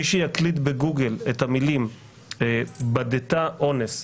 מי שיקליד בגוגל את המילים "בדתה אונס",